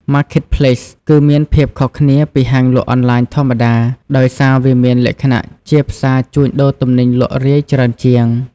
Marketplace គឺមានភាពខុសគ្នាពីហាងលក់អនឡាញធម្មតា ដោយសារវាមានលក្ខណៈជាផ្សារជួញដូរទំនិញលក់រាយច្រើនជាង។